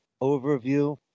overview